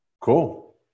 Cool